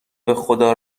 بخدا